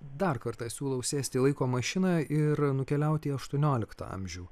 dar kartą siūlau sėsti į laiko mašiną ir nukeliauti į aštuonioliktą amžių